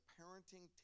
parenting